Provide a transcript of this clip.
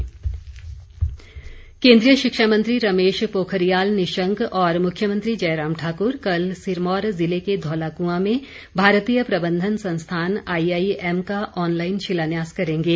शिलान्यास केन्द्रीय शिक्षा मंत्री रमेश पोखरियाल निशंक और मुख्यमंत्री जयराम ठाकुर कल सिरमौर ज़िले के धौलाकुआं में भारतीय प्रबंधन संस्थान आईआईएम का ऑनलाइन शिलान्यास करेंगे